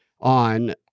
on